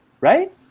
right